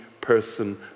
person